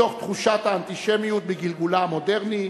מתוך תחושת האנטישמיות בגלגולה המודרני,